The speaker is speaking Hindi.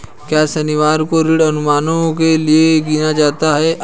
क्या शनिवार को ऋण अनुमानों के लिए गिना जाता है?